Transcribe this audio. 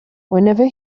whenever